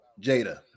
Jada